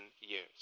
years